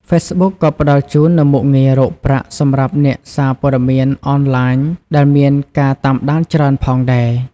Facebook ក៏ផ្តល់ជូននូវមុខងាររកប្រាក់សម្រាប់អ្នកសារព័ត៌មានអនឡាញដែលមានការតាមដានច្រើនផងដែរ។